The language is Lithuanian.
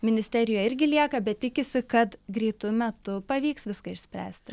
ministerijoj irgi lieka bet tikisi kad greitu metu pavyks viską išspręsti